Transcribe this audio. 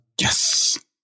Yes